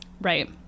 Right